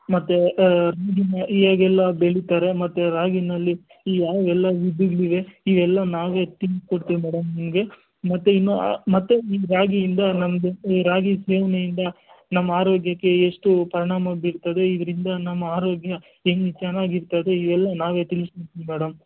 ಮತ್ತು ಹೇಗೆಲ್ಲ ಬೆಳೀತಾರೆ ಮತ್ತು ರಾಗಿಯಲ್ಲಿ ಯಾವೆಲ್ಲ ವಿಧಗಳಿವೆ ಇವೆಲ್ಲ ನಾವೇ ತಿಳ್ಸ್ಕೊಡ್ತೀವಿ ಮೇಡಮ್ ನಿಮಗೆ ಮತ್ತು ಇನ್ನು ಮತ್ತು ಈ ರಾಗಿಯಿಂದ ನಮಗೆ ರಾಗಿ ಸೇವನೆಯಿಂದ ನಮ್ಮ ಆರೋಗ್ಯಕ್ಕೆ ಎಷ್ಟು ಪರಿಣಾಮ ಬೀರ್ತದೆ ಇದರಿಂದ ನಮ್ಮ ಆರೋಗ್ಯ ಹೆಂಗ್ ಚೆನ್ನಾಗಿರ್ತದೆ ಇವೆಲ್ಲ ನಾವೇ ತಿಳಿಸ್ಕೊಡ್ತೀವಿ ಮೇಡಮ್